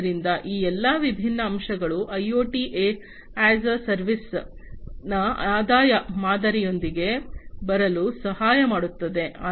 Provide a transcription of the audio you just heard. ಆದ್ದರಿಂದ ಈ ಎಲ್ಲಾ ವಿಭಿನ್ನ ವಿಭಿನ್ನ ಅಂಶಗಳು ಐಒಟಿ ಎ ಸೇವೆಯಲ್ಲಿನ ಆದಾಯ ಮಾದರಿಯೊಂದಿಗೆ ಬರಲು ಸಹಾಯ ಮಾಡುತ್ತದೆ